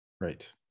Right